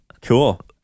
Cool